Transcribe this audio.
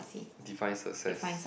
define success